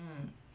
mm